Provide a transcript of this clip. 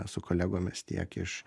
su kolegomis tiek iš